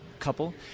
couple